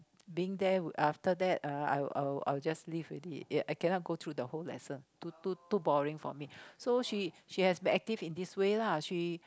being there after that uh I'll I'll I'll just leave already I cannot go through the whole lesson too too too boring for me so she she has been active in this way lah she